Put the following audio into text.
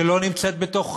שאינה נמצאת בתוך